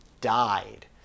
died